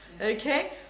Okay